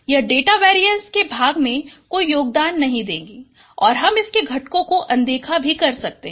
यह data variance के भाग में कोई योगदान नहीं देगा और हम इसके घटकों को अनदेखा कर सकते हैं